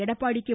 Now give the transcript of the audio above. Edappadi K